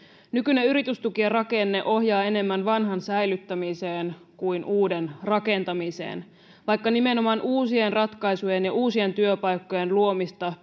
nykyinen yritystukien rakenne ohjaa enemmän vanhan säilyttämiseen kuin uuden rakentamiseen vaikka nimenomaan uusien ratkaisujen ja uusien työpaikkojen luomista